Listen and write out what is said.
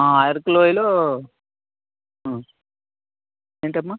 ఆ అరకు లోయలో ఏంటి అమ్మా